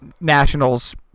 Nationals